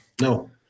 No